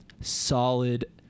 solid